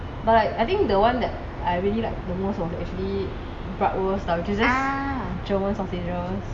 but like I think the one that I really like the most was actually blutwurst which is german sausages